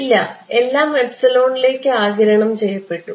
ഇല്ല എല്ലാം ലേക്ക് ആഗിരണം ചെയ്യപ്പെട്ടു